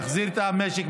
להחזיר את המשק,